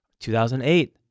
2008